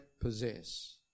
possess